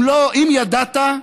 אם ידעת,